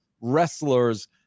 wrestlers